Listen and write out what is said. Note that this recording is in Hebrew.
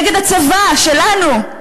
נגד הצבא שלנו.